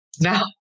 Now